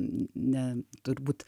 ne turbūt